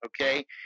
okay